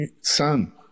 son